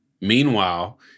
Meanwhile